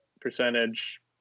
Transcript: percentage